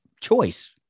choice